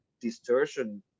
distortion